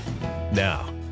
Now